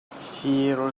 fir